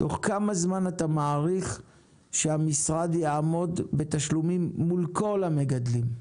תוך כמה זמן אתה מעריך שהמשרד יעמוד בתשלומים מול כל המגדלים?